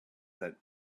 that